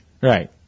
Right